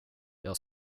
jag